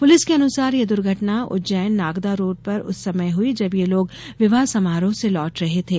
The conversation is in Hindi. पुलिस के अनुसार यह दुर्घटना उज्जैन नागदा रोड पर उस समय हुई जब ये लोग विवाह समारोह से लौट रहे थे